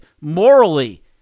morally